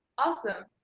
awesome!